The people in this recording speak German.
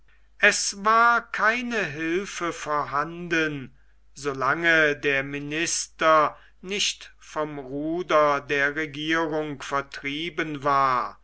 es war keine hilfe vorhanden so lange der minister nicht vom ruder der regierung vertrieben war